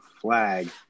flag